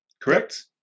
Correct